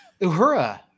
Uhura